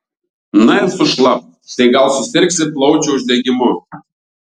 na ir sušlapk tai gal susirgsi plaučių uždegimu